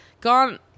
gone